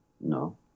No